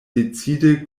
decide